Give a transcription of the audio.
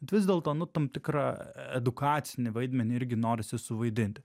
bet vis dėlto nu tam tikrą edukacinį vaidmenį irgi norisi suvaidinti